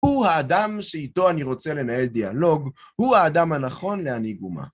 הוא האדם שאיתו אני רוצה לנהל דיאלוג, הוא האדם הנכון להנהיג אומה.